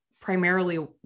primarily